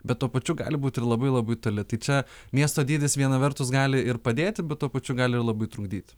bet tuo pačiu gali būt ir labai labai toli tai čia miesto dydis viena vertus gali ir padėti bet tuo pačiu gali ir labai trukdyti